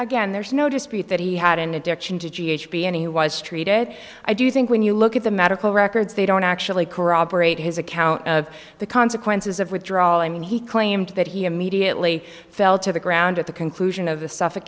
again there's no dispute that he had an addiction to g h be anywise treated i do think when you look at the medical records they don't actually corroborate his account of the consequences of withdrawal i mean he claimed that he immediately fell to the ground at the conclusion of the suffolk